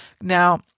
Now